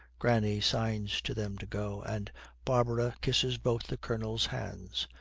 granny signs to them to go, and barbara, kisses both the colonel's hands.